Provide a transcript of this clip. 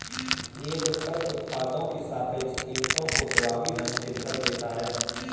एक कर उत्पादों की सापेक्ष कीमतों को प्रभावी ढंग से बदल देता है